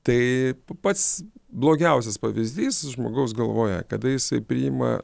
tai pats blogiausias pavyzdys žmogaus galvoje kada jisai priima